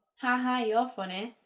haha, you're funny!